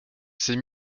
c’est